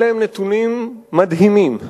אלה הם נתונים מדהימים.